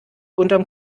unterm